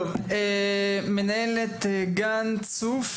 בבקשה, מנהלת גן צוף.